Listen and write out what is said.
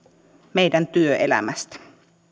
meidän työelämästämme